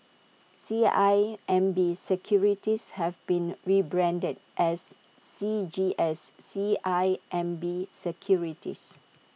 C I M B securities have been rebranded as C G S C I M B securities